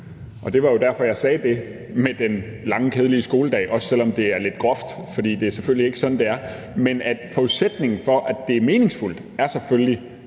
og det var jo derfor, jeg sagde det med den lange, kedelige skoledag, også selv om det er lidt groft, fordi det selvfølgelig ikke er sådan, det er – at forudsætningen for, at det er meningsfuldt, selvfølgelig